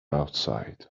outside